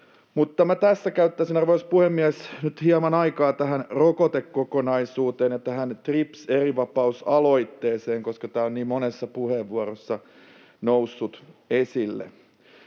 Käyttäisin tässä, arvoisa puhemies, nyt hieman aikaa tähän rokotekokonaisuuteen ja tähän TRIPS-erivapausaloitteeseen, koska tämä on niin monessa puheenvuorossa noussut esille.